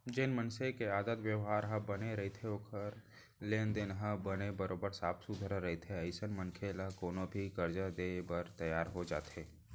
जेन मनसे के आदत बेवहार ह बने रहिथे ओखर लेन देन ह बने बरोबर साफ सुथरा रहिथे अइसन मनखे ल कोनो भी करजा देय बर तियार हो जाथे